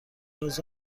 عضو